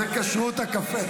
באיזה כשרות הקפה?